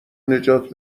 نجات